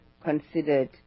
considered